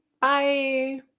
Bye